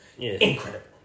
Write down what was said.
incredible